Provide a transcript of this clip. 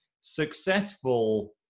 successful